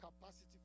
capacity